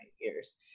years